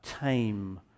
tame